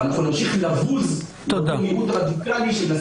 ואנחנו נמשיך ולבוז למיעוט רדיקלי שמנסה